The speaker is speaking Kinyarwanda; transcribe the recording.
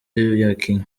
yakinnye